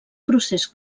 procés